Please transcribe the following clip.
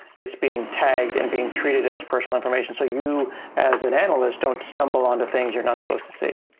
it's being tagged and being treated as personal information. so you as an analyst, don't stumble onto things you're not supposed to say.